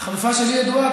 החלופה שלי ידועה.